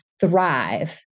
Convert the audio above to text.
thrive